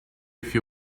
few